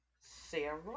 Sarah